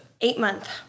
Eight-month